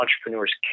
entrepreneurs